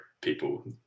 people